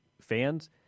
fans